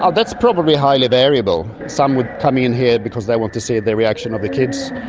ah that's probably highly variable. some would come in here because they want to see the reaction of the kids,